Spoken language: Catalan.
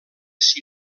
s’hi